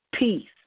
Peace